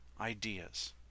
ideas